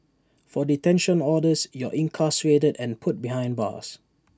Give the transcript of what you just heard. for detention orders you're incarcerated and put behind bars